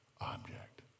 object